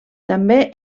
també